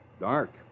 Dark